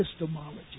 epistemology